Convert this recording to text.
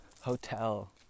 hotel